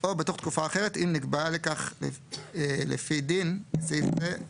או בתוך תקופה אחרת אם נקבעה לכך לפי דין (בסעיף זה,